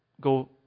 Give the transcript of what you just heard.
go